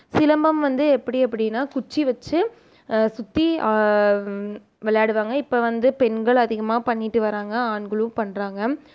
சிலம்பம் வந்து எப்படி அப்படினா குச்சி வச்சு சுற்றி விளாடுவாங்க இப்போ வந்து பெண்கள் அதிகமாக பண்ணிகிட்டு வராங்க ஆண்களும் பண்ணுறாங்க